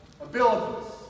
abilities